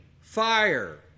fire